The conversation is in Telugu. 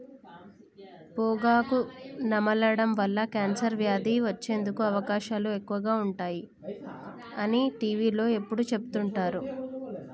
పొగాకు నమలడం వల్ల కాన్సర్ వ్యాధి వచ్చేందుకు అవకాశాలు ఎక్కువగా ఉంటాయి అని టీవీలో ఎప్పుడు చెపుతుంటారు